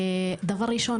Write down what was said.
דבר ראשון,